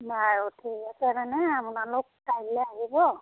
বাৰু ঠিক আছে মানে আপোনালোক কাইলে আহিব